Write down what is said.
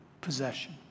possession